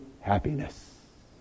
happiness